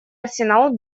арсенал